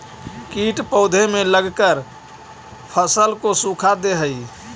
कीट पौधे में लगकर फसल को सुखा दे हई